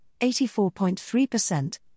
84.3%